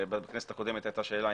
בכנסת הקודמת עלתה השאלה,